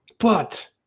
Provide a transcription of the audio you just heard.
but